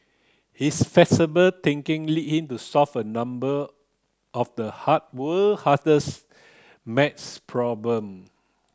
his flexible thinking led him to solve a number of the hard world hardest math problem